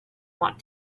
want